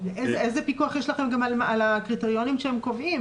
איזה פיקוח גם יש לכם על הקריטריונים שהם קובעים?